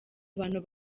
abantu